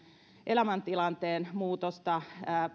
elämäntilanteen muutosta